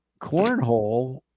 cornhole